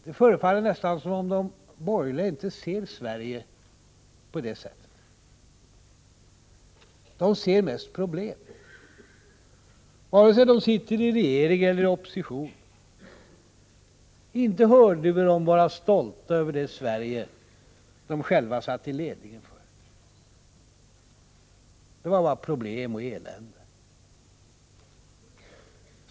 Det förefaller nästan som om de borgerliga inte ser Sverige på det viset. De ser mest problem -— vare sig de sitter i regering eller i opposition. Inte hörde vi dem vara stolta över det Sverige de själva satt i ledningen för! Det var bara problem och elände.